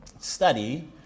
study